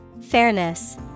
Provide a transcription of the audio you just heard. Fairness